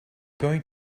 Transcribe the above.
going